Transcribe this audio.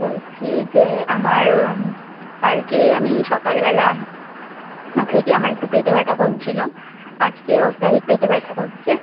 বলছি যে আমার কালকে আমি সকালবেলা থেকে আমার একটু পেটে ব্যথা করছিলো আজকে অত্যাধিক পেটে ব্যথা করছে